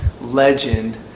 legend